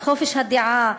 על חופש הדעה,